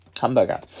hamburger